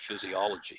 physiology